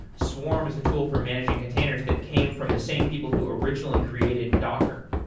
swarm is a tool for managing containers that came from the same people who originally created docker.